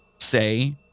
say